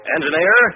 Engineer